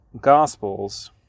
Gospels